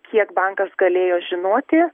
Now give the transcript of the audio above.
kiek bankas galėjo žinoti